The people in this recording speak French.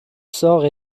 sort